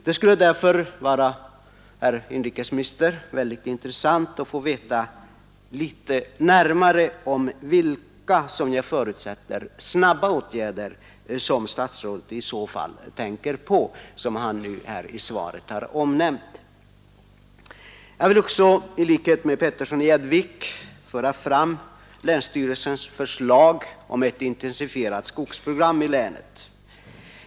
Det skulle, herr inrikesminister, vara mycket intressant att få veta något närmare om vilka, som jag förutsätter, snabba åtgärder som statsrådet i så fall tänker på och som han i svaret har antytt. Herr Petersson i Gäddvik har redan erinrat om länsstyrelsens förslag till ett intensifierat skogsprogram för länet.